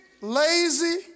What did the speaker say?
lazy